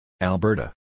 Alberta